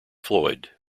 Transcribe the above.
floyd